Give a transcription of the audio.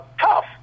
tough